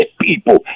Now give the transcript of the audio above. people